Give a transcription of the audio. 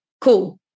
Cool